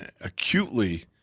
acutely